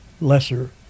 lesser